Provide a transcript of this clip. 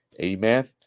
Amen